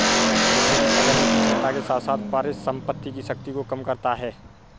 भविष्य की तकनीकी क्षमता के साथ साथ परिसंपत्ति की शक्ति को कम करता है